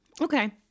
Okay